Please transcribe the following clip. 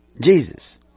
Jesus